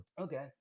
Okay